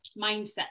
mindset